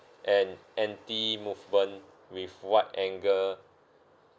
and anti-movement with wide angle